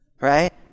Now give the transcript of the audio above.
right